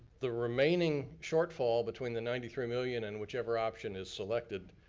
the remaining shortfall between the ninety three million and which ever option is selected,